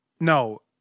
no